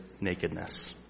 nakedness